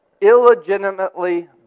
illegitimately